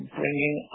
bringing